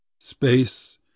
space